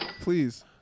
Please